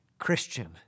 Christian